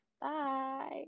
Bye